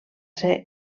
ser